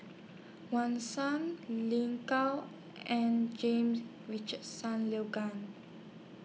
Wang Shang Lin Gao and James Richardson Logan